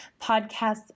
podcasts